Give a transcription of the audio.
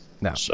No